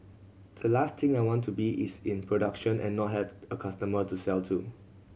the last thing I want to be is in production and not have a customer to sell to